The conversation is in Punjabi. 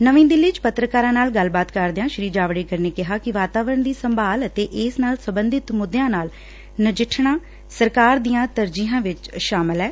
ਨਵੀ ਦਿੱਲੀ 'ਚ ਪੱਤਰਕਾਰਾਂ ਨਾਲ਼ ਗੱਲਬਾਤ ਕਰਦਿਆਂ ਸ਼ੀ ਜਾਵੜੇਕਰ ਨੇ ਕਿਹਾ ਕਿ ਵਾਤਾਵਰਨ ਦੀ ਸੰਭਾਲ ਅਤੇ ਇਸ ਨਾਲ ਸਬੰਧਤ ਮੁੱਦਿਆਂ ਨਾਲ ਨਜਿੱਠਣਾ ਸਰਕਾਰ ਦੀਆਂ ਤਰਜੀਹਾਂ ਵਿੱਚ ਸ਼ਾਮਲ ਹੈ